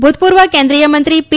ભૂતપૂર્વ કેન્દ્રિયમંત્રી પી